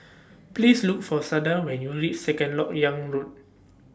Please Look For Sada when YOU REACH Second Lok Yang Road